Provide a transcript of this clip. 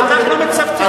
שאנחנו מצפצפים עליו.